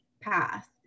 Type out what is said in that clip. path